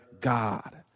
God